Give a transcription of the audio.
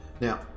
Now